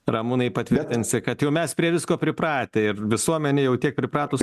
ramūnai patvirtins kad jau mes prie visko pripratę ir visuomenė jau tiek pripratus